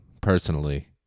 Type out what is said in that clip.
personally